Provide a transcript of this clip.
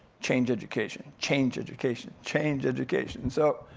change education, change education, change education. so